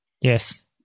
Yes